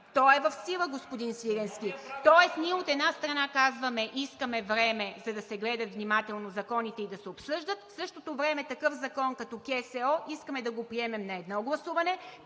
ПРЕДСЕДАТЕЛ ИВА МИТЕВА: Тоест ние, от една страна, казваме – искаме време, за да се гледат внимателно законите и да се обсъждат, в същото време такъв закон като КСО искаме да го приемем на едно гласуване